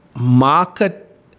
market